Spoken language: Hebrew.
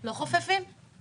לא חופפים את הראש.